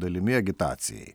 dalimi agitacijai